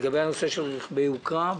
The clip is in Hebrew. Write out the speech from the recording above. לגבי רכבי יוקרה.